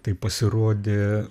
tai pasirodė